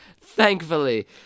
thankfully